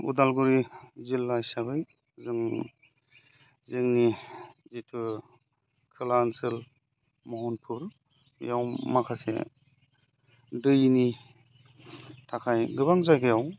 उदालगुरि जिल्ला हिसाबै जों जोंनि जिथु खोला ओनसोल महनफुर बेयाव माखासे दैनि थाखाय गोबां जायगायाव